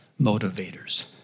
motivators